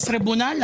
זה טריבונל?